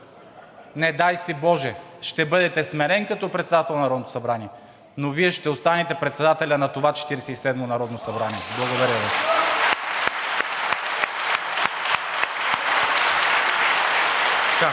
не дай си боже, ще бъдете сменен като председател на Народното събрание, но Вие ще останете председателят на това Четиридесет и седмо народно събрание! Благодаря Ви.